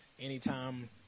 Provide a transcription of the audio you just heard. anytime